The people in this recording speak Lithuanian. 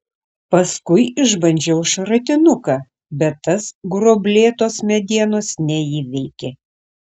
paskui išbandžiau šratinuką bet tas gruoblėtos medienos neįveikė